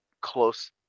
close